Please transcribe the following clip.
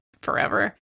forever